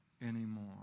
anymore